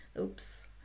Oops